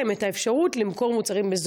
גם משרד החינוך,